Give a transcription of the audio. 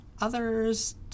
Others